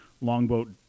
Longboat